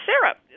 syrup